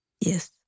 Yes